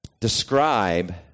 describe